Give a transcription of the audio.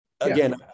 again